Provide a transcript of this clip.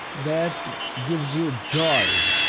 that gives you joy,